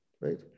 right